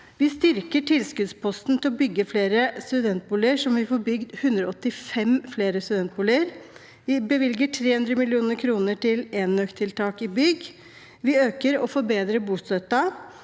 Vi styrker tilskuddsposten til å bygge flere studentboliger, så vi får bygd 185 flere studentboliger. Vi bevilger 300 mill. kr til enøktiltak i bygg. Vi øker og forbedrer bostøtten,